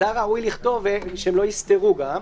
אז היה ראוי שהן לא יסתרו גם,